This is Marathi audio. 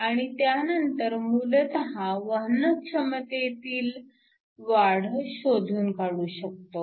आणि त्यानंतर मूलतः वहनक्षमतेतील वाढ शोधून काढू शकतो